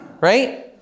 right